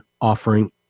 offering